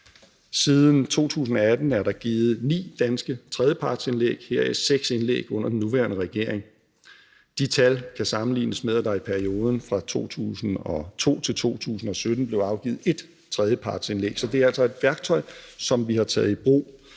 Siden 2018 er der afgivet ni danske tredjepartsindlæg, heraf seks indlæg under den nuværende regering. De tal kan sammenlignes med, at der i perioden fra 2002 til 2017 blev afgivet ét tredjepartsindlæg. Så det er altså et værktøj, som vi har taget i brug.